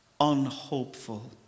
unhopeful